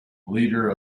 leader